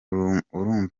urumva